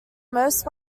most